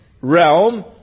realm